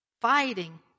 fighting